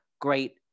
great